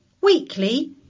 Weekly